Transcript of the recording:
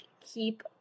keep